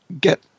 get